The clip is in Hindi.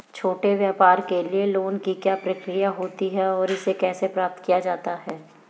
छोटे व्यापार के लिए लोंन की क्या प्रक्रिया होती है और इसे कैसे प्राप्त किया जाता है?